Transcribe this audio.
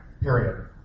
Period